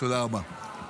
תודה רבה.